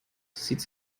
sieht